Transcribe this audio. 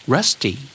Rusty